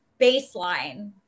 baseline